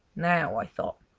now, i thought,